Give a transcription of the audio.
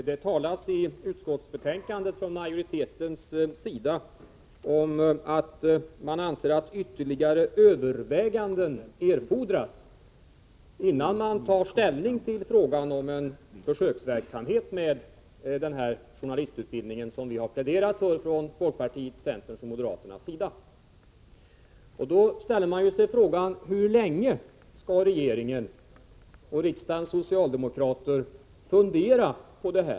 Herr talman! I utskottsbetänkandet säger utskottsmajoriteten att man anser att ytterligare överväganden erfordras innan man tar ställning till frågan om den försöksverksamhet med journalistutbildning som vi har pläderat för från folkpartiets, centerns och moderaternas sida. Jag ställer mig då frågan: Hur länge skall regeringen och riksdagens socialdemokrater fundera på detta?